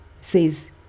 says